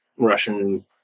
Russian